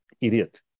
idiot